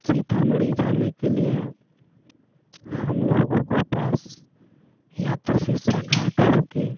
सीतामढ़ी जाने के लिए हम लोगों के पास या तो सिरसा घाट हो कर